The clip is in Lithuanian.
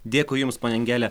dėkui jums ponia angele